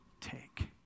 take